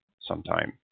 sometime